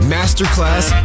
Masterclass